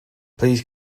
please